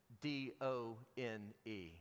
D-O-N-E